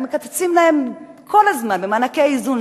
מקצצים להם כל הזמן במענקי האיזון,